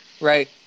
right